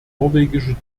norwegische